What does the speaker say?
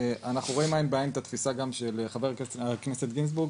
אנחנו רואים עין בעין את התפיסה גם של חבר הכנסת גינזבורג,